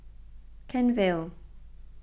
Kent Vale